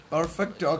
Perfect